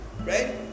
right